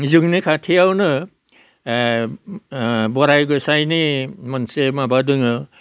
जोंनि खाथियावनो बरायगोसायनि मोनसे माबा दोङो